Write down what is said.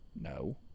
No